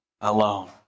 alone